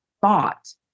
thought